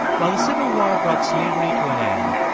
while the civil war brought slavery to an end,